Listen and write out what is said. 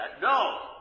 No